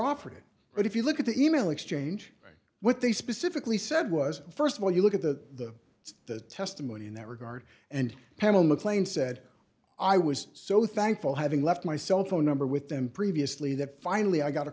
offered it but if you look at the e mail exchange what they specifically said was st of all you look at the it's that testimony in that regard and panel mcclain said i was so thankful having left my cell phone number with them previously that finally i got a